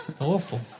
Awful